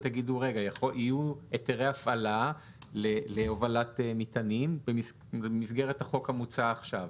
ותגידו שיהיו היתרי הפעלה להובלת מטענים במסגרת החוק המוצע עכשיו.